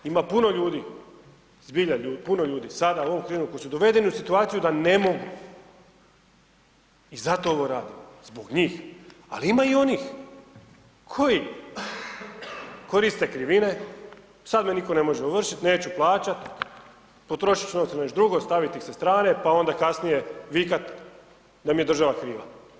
Ima puno ljudi, zbilja puno ljudi sada u ovoj krizi koji su dovedeni u situaciju da ne mogu i zato ovo radimo zbog njih, ali ima i onih koji koriste krivine, sad me nitko ne može ovršit neću plaćati, potrošit ću novce na neš drugo, stavit ih sa strane pa onda kasnije vikat da mi je država kriva.